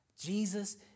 Jesus